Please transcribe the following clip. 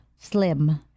Slim